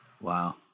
Wow